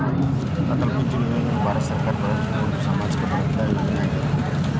ಅಟಲ್ ಪಿಂಚಣಿ ಯೋಜನೆಯು ಭಾರತ ಸರ್ಕಾರವು ಪ್ರಾರಂಭಿಸಿದ ಒಂದು ಸಾಮಾಜಿಕ ಭದ್ರತಾ ಯೋಜನೆ ಆಗೇತಿ